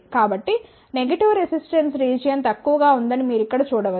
కాబట్టి negative resistance region తక్కువగా ఉందని ఇక్కడ మీరు చూడ వచ్చు